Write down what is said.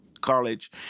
college